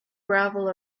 gravel